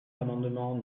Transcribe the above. l’amendement